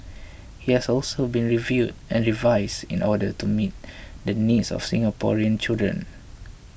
it has also been reviewed and revised in order to meet the needs of Singaporean children